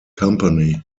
company